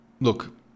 ...look